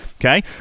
Okay